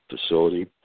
facility